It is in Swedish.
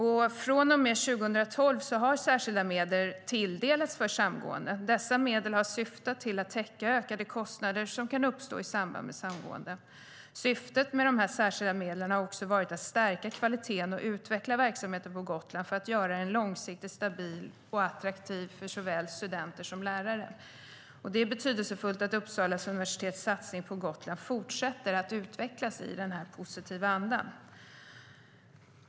Från och med 2012 har särskilda medel tilldelats för samgåendet. Dessa medel har syftat till att täcka ökade kostnader som kan uppstå i samband med samgåendet. Syftet med de särskilda medlen har också varit att stärka kvaliteten och utveckla verksamheten på Gotland för att göra den långsiktigt stabil och attraktiv för studenter och lärare. Det är betydelsefullt att Uppsala universitets satsning på Gotland fortsätter att utvecklas i denna positiva anda.